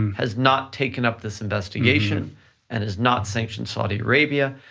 and has not taken up this investigation and has not sanctioned saudi arabia,